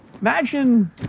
imagine